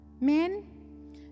men